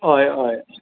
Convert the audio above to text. हय हय